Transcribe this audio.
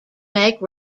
make